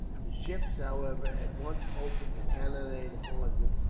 the ships, however, at once opened a cannonade upon it,